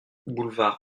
boulevard